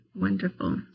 Wonderful